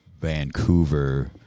Vancouver